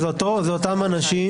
זה אותם אנשים.